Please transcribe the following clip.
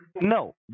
no